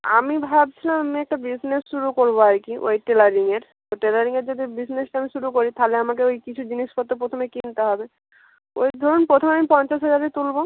আমি ভাবছিলাম আমি একটা বিজনেস শুরু করবো আর কি ওই টেলারিংয়ের তো টেলারিংয়ের যদি বিজনেসটা আমি শুরু করি তাহলে আমাকে ওই কিছু জিনিসপত্র প্রথমে কিনতে হবে ওই ধরুন প্রথমে আমি পঞ্চাশ হাজারই তুলবো